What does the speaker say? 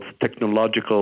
technological